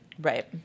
right